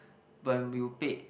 but when you paid